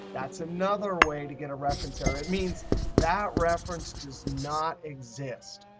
that's another way to get a reference error. it means that reference does not exist.